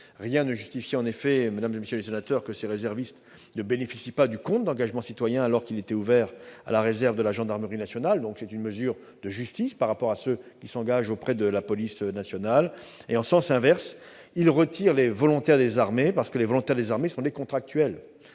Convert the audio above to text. rien ne justifiait que ces réservistes ne bénéficient pas du compte engagement citoyen, alors qu'il était ouvert à la réserve de la gendarmerie nationale : c'est une mesure de justice au regard de ceux qui s'engagent auprès de la police nationale. Enfin, en sens inverse, sont retirés les volontaires des armées, puisque ce sont des contractuels